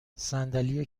صندلی